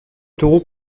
taureau